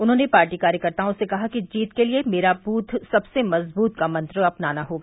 उन्होंने पार्टी कार्यकर्ताओं से कहा कि जीत के लिए मेरा बूथ सबसे मजबूत का मंत्र अपनाना होगा